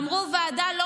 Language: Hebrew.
אמרו: ועדה לא